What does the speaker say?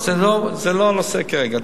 זה לא הנושא כרגע.